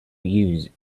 use